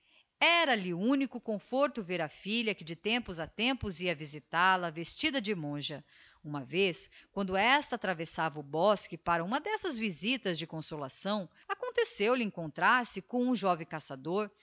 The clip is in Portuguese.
era-lhe único conforto ver a filha que de tempos a tempos ia visital a vestida de monja uma vez quando esta atravessava o bosque para uma dessas visitas de consolação aconteceu-lhe encontrar-se com um joven caçador